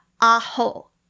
Aho